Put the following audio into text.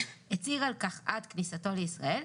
הצהיר על כך עד כניסתו לישראל,